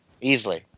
Easily